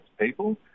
people